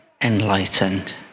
enlightened